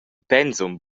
pensum